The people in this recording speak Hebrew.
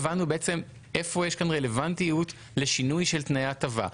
איפה יש כאן רלוונטיות לשינוי של תנאי הטבה.